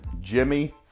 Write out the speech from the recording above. Jimmy